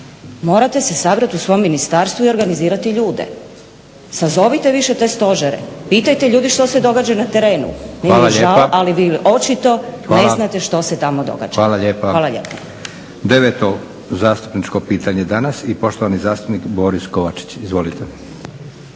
morate se sabrat u svom Ministarstvu i organizirati ljude. Sazovite više te stožere, pitajte ljude što se događa na terenu. Meni je žao, ali vi očito ne znate što se tamo događa. Hvala lijepa. **Leko, Josip (SDP)** Hvala lijepa. Deveto zastupničko pitanje danas i poštovani zastupnik Boris Kovačić. Izvolite.